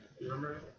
remember